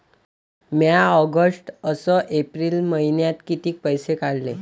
म्या ऑगस्ट अस एप्रिल मइन्यात कितीक पैसे काढले?